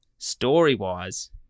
Story-wise